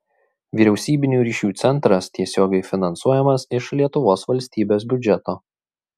vyriausybinių ryšių centras tiesiogiai finansuojamas iš lietuvos valstybės biudžeto